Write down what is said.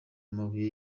amabuye